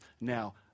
now